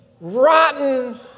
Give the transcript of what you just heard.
rotten